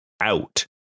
out